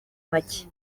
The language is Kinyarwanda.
make